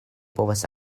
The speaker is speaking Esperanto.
povas